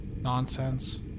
nonsense